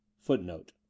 Footnote